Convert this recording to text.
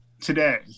today